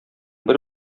бер